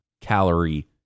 calorie